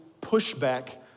pushback